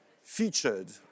featured